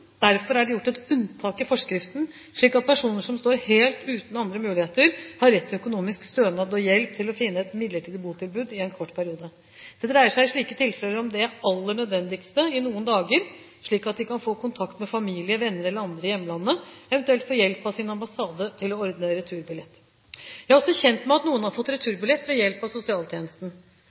Derfor er det gjort et unntak i forskriften, slik at personer som står helt uten andre muligheter, har rett til økonomisk stønad og hjelp til å finne midlertidig botilbud i en kort periode. Det dreier seg i slike tilfeller om det aller nødvendigste i noen dager, slik at de kan få kontakt med familie, venner eller andre i hjemlandet, eventuelt få hjelp av sin ambassade til å ordne returbillett. Jeg er også kjent med at noen har fått returbillett ved hjelp av sosialtjenesten.